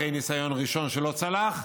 אחרי ניסיון ראשון שלא צלח,